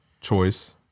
choice